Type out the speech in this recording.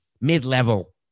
mid-level